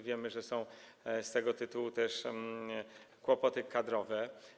Wiemy, że są z tego tytułu też kłopoty kadrowe.